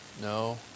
No